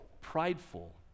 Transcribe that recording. prideful